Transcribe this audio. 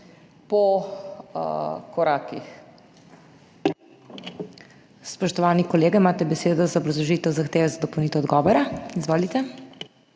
lepa. Spoštovana kolegica, imate besedo za obrazložitev zahteve za dopolnitev odgovora. Izvolite.